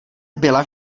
byla